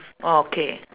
oh okay